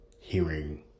hearing